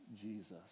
Jesus